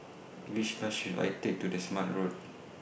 Which Bus should I Take to The Smart Road